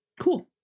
Cool